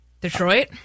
Detroit